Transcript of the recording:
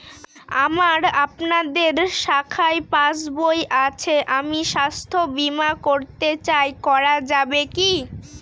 আমার আপনাদের শাখায় পাসবই আছে আমি স্বাস্থ্য বিমা করতে চাই করা যাবে কি?